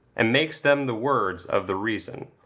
and makes them the words of the reason.